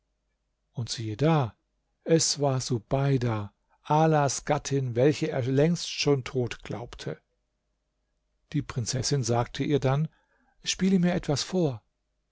und siehe da es war subeida alas gattin welche er längst schon tot glaubte die prinzessin sagte ihr dann spiele mir etwas vor